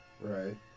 right